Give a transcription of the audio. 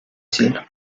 cielo